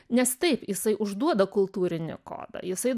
nes taip jisai užduoda kultūrinį kodą jisai